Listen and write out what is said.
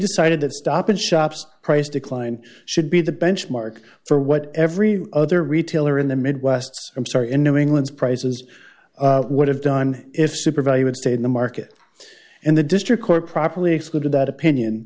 decided that stop in shops price decline should be the benchmark for what every other retailer in the midwest i'm sorry in new england's prices would have done if super value would stay in the market and the district court properly excluded that opinion